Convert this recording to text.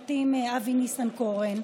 אבי ניסנקורן.